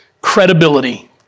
credibility